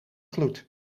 gloed